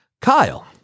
Kyle